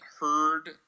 heard